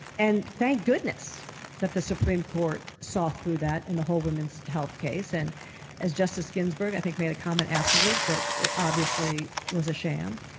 and thank goodness that the supreme court saw through that in the whole woman's health case, and as justice ginsburg, i think, made a comment afterwards that it obviously was a sham.